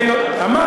עמדת הממשלה,